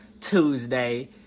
Tuesday